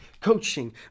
coaching